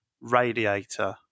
radiator